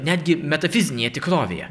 netgi metafizinėje tikrovėje